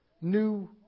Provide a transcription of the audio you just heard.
new